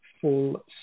full